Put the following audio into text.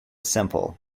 simple